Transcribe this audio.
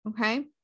okay